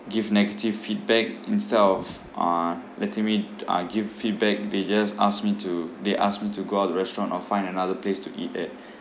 give negative feedback instead of uh letting me uh give feedback they just ask me to they ask me to go out of the restaurant or find another place to eat at